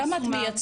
כמה את מייצגת?